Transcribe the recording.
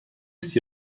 است